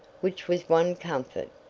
which was one comfort.